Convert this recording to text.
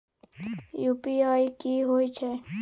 UPI की होय छै?